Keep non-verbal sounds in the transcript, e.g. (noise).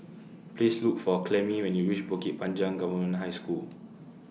Please (noise) Look For Clemie when YOU REACH Bukit Panjang Government High School